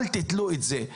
אל תתלו את זה.